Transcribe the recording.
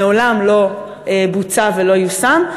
מעולם לא בוצע ולא יושם,